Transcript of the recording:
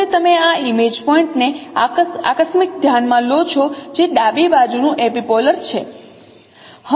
હવે તમે આ ઇમેજ પોઇન્ટ ને આકસ્મિક ધ્યાનમાં લો છો જે ડાબી બાજુ નું એપિપોલર છે